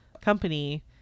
company